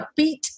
upbeat